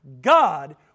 God